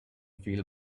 feel